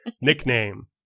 nickname